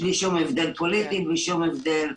הבדל פוליטי ובלי כל הבדל.